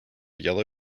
yellow